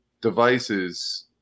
devices